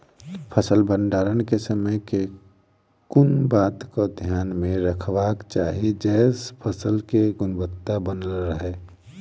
फसल भण्डारण केँ समय केँ कुन बात कऽ ध्यान मे रखबाक चाहि जयसँ फसल केँ गुणवता बनल रहै?